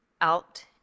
out